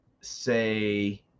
say